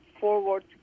forward